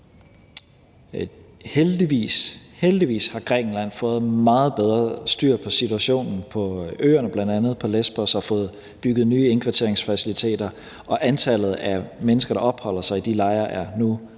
heldigvis – har Grækenland fået meget bedre styr på situationen på øerne, bl.a. på Lesbos, og fået bygget nye indkvarteringsfaciliteter, og antallet af mennesker, der opholder sig i de lejre, er nu reduceret,